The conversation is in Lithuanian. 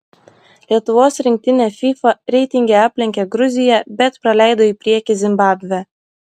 lietuvos rinktinė fifa reitinge aplenkė gruziją bet praleido į priekį zimbabvę